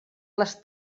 les